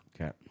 okay